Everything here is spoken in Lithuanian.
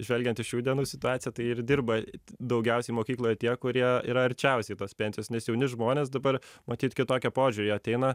žvelgiant į šių dienų situaciją tai ir dirba daugiausiai mokykloje tie kurie yra arčiausiai tos pensijos nes jauni žmonės dabar matyt kitokio požiūrio jie ateina